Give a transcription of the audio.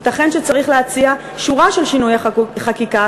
ייתכן שצריך להציע שורה של שינויי חקיקה,